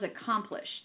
accomplished